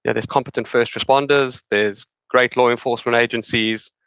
yeah there's competent first responders. there's great law enforcement agencies.